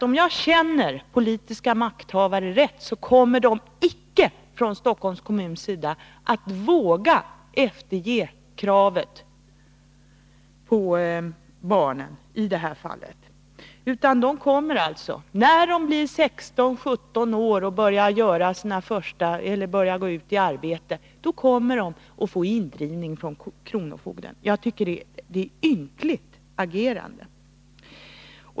Om jag känner politiska makthavare rätt, kommer Stockholms kommun inte att våga efterge kravet på barnen i detta fall. När barnen blir sexton sjutton år och börjar arbeta, kommer de att utsättas för indrivning från kronofogden. Jag tycker att det är ett ynkligt agerande.